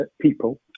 people